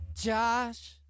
Josh